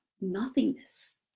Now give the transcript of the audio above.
nothingness